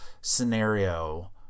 scenario